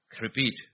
Repeat